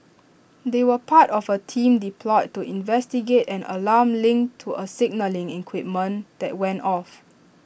they were part of A team deployed to investigate an alarm linked to A signalling equipment that went off